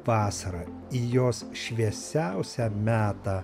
vasarą į jos šviesiausią metą